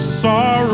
sorrow